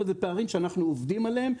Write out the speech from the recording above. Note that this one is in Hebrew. אבל אלה פערים שאנחנו עובדים עליהם.